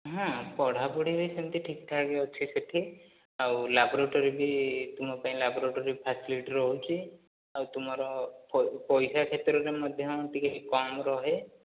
ହଁ ପଢ଼ାପଢି ବି ସେମିତି ଠିକ୍ଠାକ୍ ଅଛି ସେଠି ଆଉ ଲାବ୍ରୋଟେରୀ ବି ତୁମ ପାଇଁ ଲାବ୍ରୋଟେରୀ ଫେସିଲିଟି ରହୁଛି ଆଉ ତୁମର ପଇସା କ୍ଷେତ୍ରରେ ବି ମଧ୍ୟ ଟିକେ କମ୍ ରୁହେ